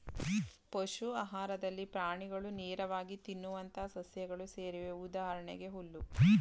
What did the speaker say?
ಪಶು ಆಹಾರದಲ್ಲಿ ಪ್ರಾಣಿಗಳು ನೇರವಾಗಿ ತಿನ್ನುವಂತಹ ಸಸ್ಯಗಳು ಸೇರಿವೆ ಉದಾಹರಣೆಗೆ ಹುಲ್ಲು